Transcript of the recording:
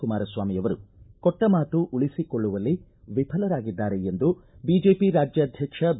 ಕುಮಾರಸ್ತಾಮಿ ಅವರು ಕೊಟ್ಟ ಮಾತು ಉಳಿಸಿಕೊಳ್ಳುವಲ್ಲಿ ವಿಫಲರಾಗಿದ್ದಾರೆ ಎಂದು ಬಿಜೆಪಿ ರಾಜ್ಯಾಧ್ವಕ್ಷ ಬಿ